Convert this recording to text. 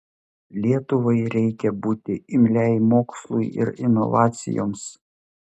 lietuvai reikia būti imliai mokslui ir inovacijoms